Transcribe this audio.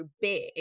big